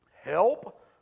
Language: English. help